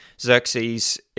Xerxes